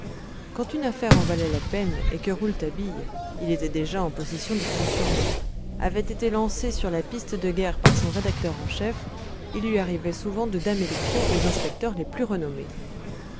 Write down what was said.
quand une affaire en valait la peine et que rouletabille il était déjà en possession de son surnom avait été lancé sur la piste de guerre par son rédacteur en chef il lui arrivait souvent de damer le pion aux inspecteurs les plus renommés